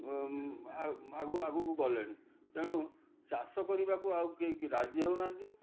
ଆଗକୁ ଆଗକୁ ଗଲେଣି ତେଣୁ ଚାଷ କରିବାକୁ ଆଉ କେହି କି ରାଜି ହେଉନାହାନ୍ତି